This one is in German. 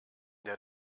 der